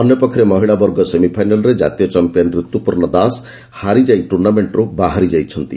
ଅନ୍ୟ ପକ୍ଷରେ ମହିଳା ବର୍ଗ ସେମିଫାଇନାଲ୍ରେ ଜାତୀୟ ଚମ୍ପିୟାନ୍ ରିତୁପୂର୍ଣ୍ଣ ଦାସ ହାରିଯାଇ ଟୁର୍ଣ୍ଣାମେଣ୍ଟରୁ ବାହାରି ଯାଇଛନ୍ତି